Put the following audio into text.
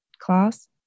class